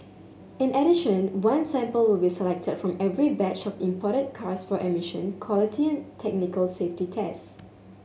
in addition one sample will be selected from every batch of imported cars for emission quality and technical safety tests